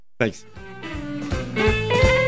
thanks